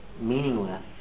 meaningless